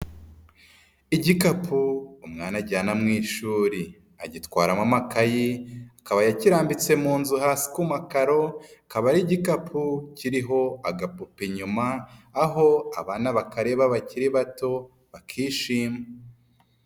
Igikapu umwana ajyana mu ishuri, agitwaramo amakayi, akaba yakirambitse mu nzu hasi ku makaro, akaba ari igikapu, kiriho agapupe inyuma, aho abana bakareba bakiri bato, bakishima.